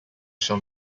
shown